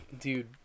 dude